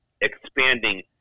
expanding